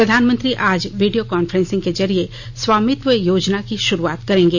प्रधानमंत्री आज video conferencing के जरिए स्वामित्व योजना की भारुआत करेंगे